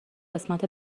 قسمت